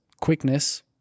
quickness